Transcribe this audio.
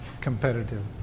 competitive